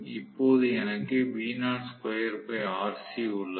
இப்போது எனக்கு உள்ளது